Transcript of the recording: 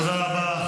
תודה רבה.